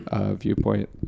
Viewpoint